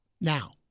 Now